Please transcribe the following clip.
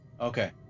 Okay